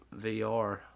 VR